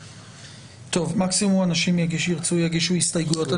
מקסימום אנשים שירצו יגישו הסתייגויות.